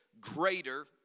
greater